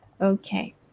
okay